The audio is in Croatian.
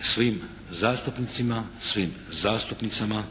Svim zastupnicima, svim zastupnicama,